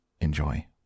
Enjoy